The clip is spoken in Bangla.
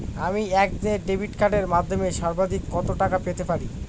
আমি একদিনে ডেবিট কার্ডের মাধ্যমে সর্বাধিক কত টাকা পেতে পারি?